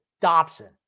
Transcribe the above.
Dobson